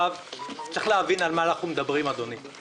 צריך להבין על מה אנחנו מדברים, אדוני.